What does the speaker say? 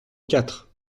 quatre